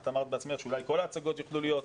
את אמרת בעצמך שאולי כלל ההצגות יוכלו להיות.